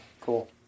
Cool